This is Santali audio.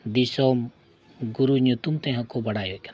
ᱫᱤᱥᱚᱢ ᱜᱩᱨᱩ ᱧᱩᱛᱩᱢ ᱛᱮᱦᱚᱸ ᱠᱚ ᱵᱟᱲᱟᱭᱮ ᱠᱟᱱᱟ